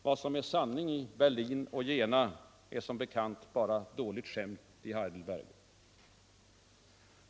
Vad som är sanning i Berlin och Jena är som bekant bara dåligt skämt i Heidelberg!